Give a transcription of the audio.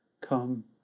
come